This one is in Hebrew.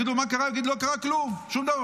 ישאלו מה קרה, הם יגידו: לא קרה כלום, שום דבר.